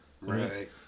Right